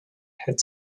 had